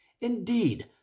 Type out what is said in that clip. Indeed